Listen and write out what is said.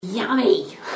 Yummy